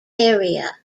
area